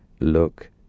look